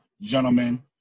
gentlemen